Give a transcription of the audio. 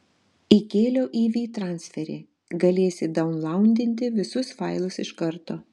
įkėliau į vytransferį galėsi daunlaudinti visus failus iš karto